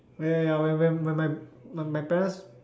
ya ya ya when when when my my parents